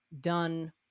done